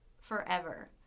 forever